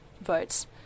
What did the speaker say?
votes